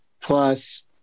plus